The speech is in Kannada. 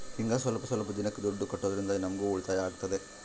ಹಿಂಗ ಸ್ವಲ್ಪ ಸ್ವಲ್ಪ ದಿನಕ್ಕ ದುಡ್ಡು ಕಟ್ಟೋದ್ರಿಂದ ನಮ್ಗೂ ಉಳಿತಾಯ ಆಗ್ತದೆ